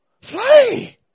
fly